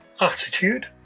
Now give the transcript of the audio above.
attitude